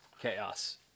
chaos